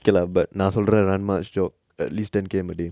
okay lah but நா சொல்ர:na solra run must jog at least ten K_M a day